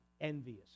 envious